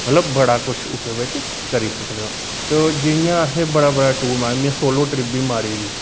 मतलब बड़ा कुछ उसदे बिच्च करी सकदे ओ ते ओह् जियां असें बड़ा बड़ा टूर में सोलो ट्रिप बी मारी दी